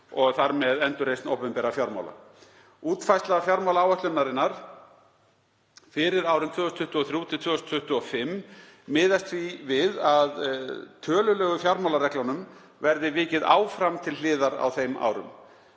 og þar með opinberra fjármála. Útfærsla fjármálaáætlunar fyrir árin 2023–2025 miðast því við að tölulegu fjármálareglunum verði vikið áfram til hliðar á þeim árum.